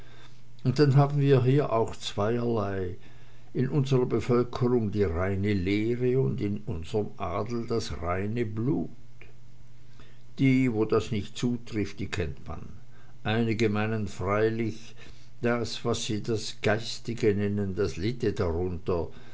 und dann haben wir hier noch zweierlei in unserer bevölkerung die reine lehre und in unserm adel das reine blut die wo das nicht zutrifft die kennt man einige meinen freilich das was sie das geistige nennen das litte darunter